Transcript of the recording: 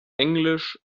englisch